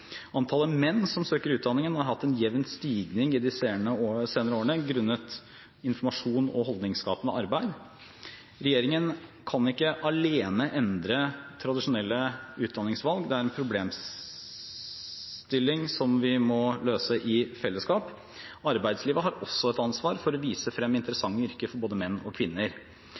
Antallet menn som søker utdanningen, har hatt en jevn stigning i de senere årene grunnet informasjon og holdningsskapende arbeid. Regjeringen kan ikke alene endre tradisjonelle utdanningsvalg. Dette er en problemstilling som vi må løse i fellesskap. Arbeidslivet har også et ansvar for å vise frem interessante yrker for både menn og kvinner.